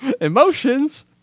emotions